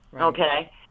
okay